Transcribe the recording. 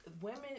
Women